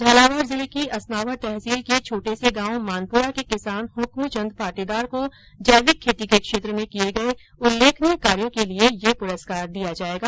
झालावाड जिले की असनावर तहसील के छोटे से गाव मानपुरा के किसान हक्मचंद पाटीदार को जैविक खेती के क्षेत्र में किए गए उल्लेखनीय कार्यो के लिए यह पुरुस्कार दिया जाएगा